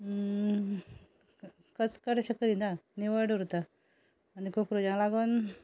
कसकटशें करिना निवळ दवरता आनी कॉकरोजांक लागून